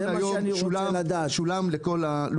זה מה שאני רוצה לדעת.